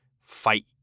fight